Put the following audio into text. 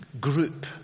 group